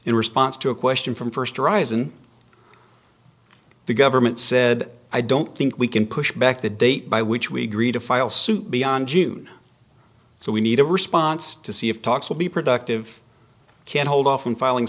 in response to a question from first horizon the government said i don't think we can push back the date by which we agree to file suit beyond june so we need a response to see if talks will be productive can hold off on filing